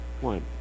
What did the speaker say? One